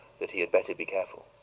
that he had better be careful.